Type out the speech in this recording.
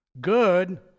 good